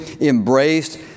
embraced